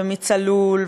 ומ"צלול",